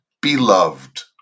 Beloved